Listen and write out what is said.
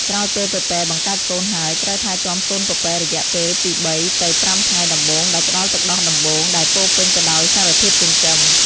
ក្រោយពេលពពែបង្កើតកូនហើយ ត្រូវថែទាំកូនពពែរយៈពេលពីបីទៅប្រាំថ្ងៃដំបូងដោយផ្តល់ទឹកដោះដំបូង ដែលពោរពេញទៅដោយសារធាតុចិញ្ចឹម។